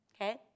okay